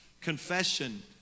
Confession